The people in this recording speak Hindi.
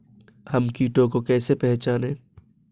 हम कीटों को कैसे पहचाने?